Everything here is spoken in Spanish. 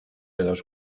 dos